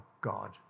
God